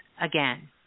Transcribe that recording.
again